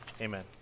Amen